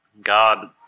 God